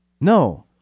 no